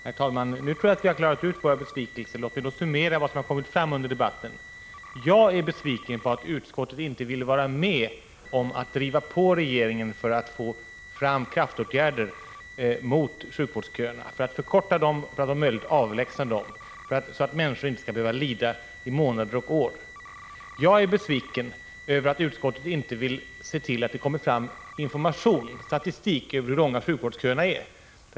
Herr talman! Nu tror jag att vi har klarat ut våra besvikelser. Låt oss då summera vad som har kommit fram under debatten. Jag är besviken över att utskottet inte ville vara med om att driva på regeringen för att få fram kraftåtgärder för att förkorta och om möjligt avlägsna sjukvårdsköerna, så att människor inte skall behöva lida i månader och år. Jag är besviken över att utskottet inte ville se till att det kommer fram statistik över hur långa sjukvårdsköerna är.